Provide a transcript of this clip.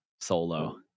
solo